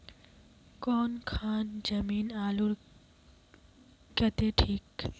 कौन खान जमीन आलूर केते ठिक?